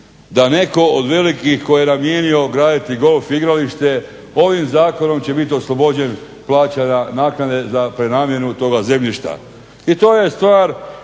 da neko ko je namjeni graditi golf igralište ovim zakonom će bit oslobođen plaćanja naknade za prenamjenu toga zemljišta. I to je stvar